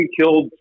killed